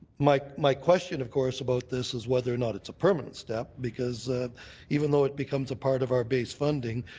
my my question, of course, about this is whether or not it's a permanent step, because even though it becomes a part of our base funding,